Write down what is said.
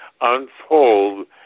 unfold